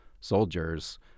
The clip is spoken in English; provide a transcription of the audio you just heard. soldiers